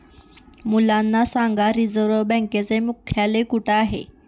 मुलांना सांगा रिझर्व्ह बँकेचे मुख्यालय कुठे आहे